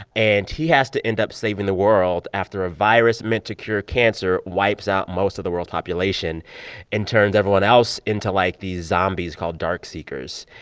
and he has to end up saving the world after a virus meant to cure cancer wipes out most of the world's population and turns everyone else into, like, these zombies called dark seekers.